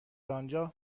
انجا